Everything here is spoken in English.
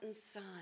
son